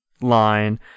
line